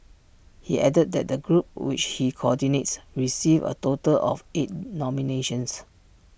he added that the group which he coordinates received A total of eight nominations